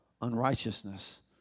unrighteousness